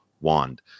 wand